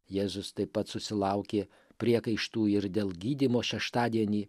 jėzus taip pat susilaukė priekaištų ir dėl gydymo šeštadienį